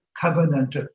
covenant